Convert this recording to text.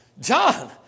John